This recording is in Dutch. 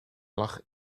lag